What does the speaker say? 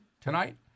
tonight